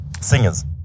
singers